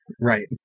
Right